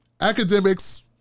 academics